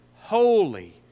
holy